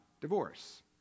Divorce